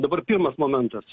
dabar pirmas momentas